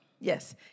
Yes